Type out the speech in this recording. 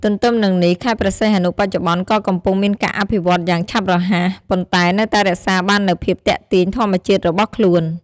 ទទ្ទឹមនឹងនេះ ខេត្តព្រះសីហនុបច្ចុប្បន្នក៏កំពុងមានការអភិវឌ្ឍន៍យ៉ាងឆាប់រហ័ស ប៉ុន្តែនៅតែរក្សាបាននូវភាពទាក់ទាញធម្មជាតិរបស់ខ្លួន។